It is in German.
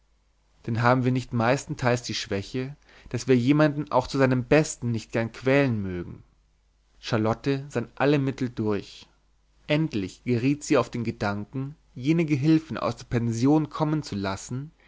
denn haben wir nicht meistenteils die schwäche daß wir jemanden auch zu seinem besten nicht gern quälen mögen charlotte sann alle mittel durch endlich geriet sie auf den gedanken jenen gehülfen aus der pension kommen zu lassen